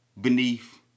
beneath